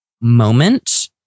moment